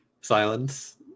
Silence